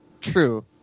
true